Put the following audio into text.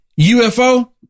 UFO